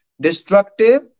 destructive